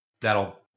that'll